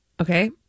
Okay